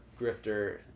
grifter